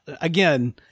again